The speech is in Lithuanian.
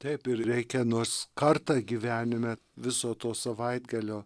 taip ir reikia nors kartą gyvenime viso to savaitgalio